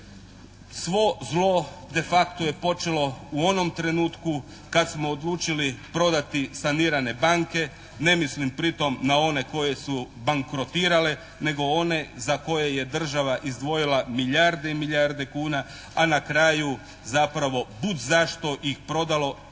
Svo zlo de facto je počelo u onom trenutku kad smo odlučili prodati sanirane banke, ne mislim pri tome na one koje su bankrotirale, nego one za koje je država izdvojila milijarde i milijarde kuna, a na kraju zapravo bud zašto ih prodala čak bi